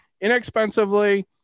inexpensively